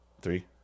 Three